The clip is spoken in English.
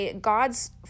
God's